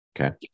Okay